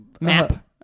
map